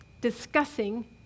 discussing